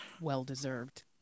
well-deserved